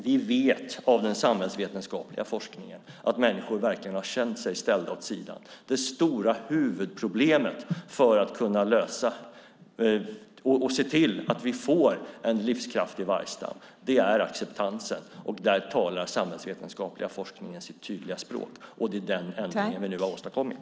Vi vet av den samhällsvetenskapliga forskningen att människor verkligen har känt sig ställda åt sidan. Det stora huvudproblemet för att kunna se till att vi får en livskraftig vargstam är acceptansen, och där talar den samhällsvetenskapliga forskningen sitt tydliga språk, och det är den ändringen vi nu har åstadkommit.